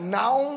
now